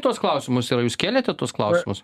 tuos klausimus yra jūs kėlėte tuos klausimus